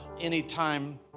anytime